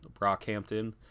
Brockhampton